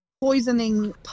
poisoning